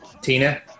Tina